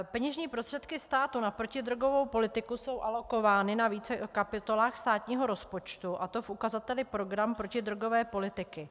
Peněžní prostředky státu na protidrogovou politiku jsou alokovány na více kapitolách státního rozpočtu, a to v ukazateli program protidrogové politiky.